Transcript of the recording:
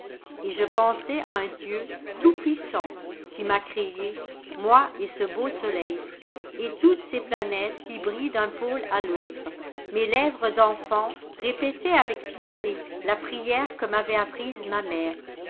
et je pensais à un dieu tout-puissant qui m'a créé moi et ce beau soleil et toutes ces planètes qui brillent d'un pôle à l'autre mes lèvres d'enfant répétaient avec piété la prière que m'avait apprise ma mère